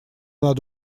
над